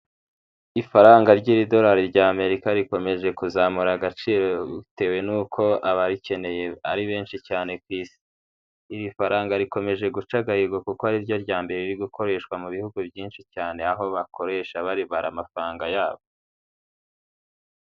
Ifaranga ry'idorari ry' Amerika rikomeje kuzamura agaciro bitewe n'uko abarikeneye ari benshi cyane ku isi. Iri faranga rikomeje guca agahigo kuko ariryo rya mbere riri gukoreshwa mu bihugu byinshi cyane aho bakoresha baribara amafaranga yabo.